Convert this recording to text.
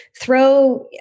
throw